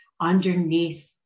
underneath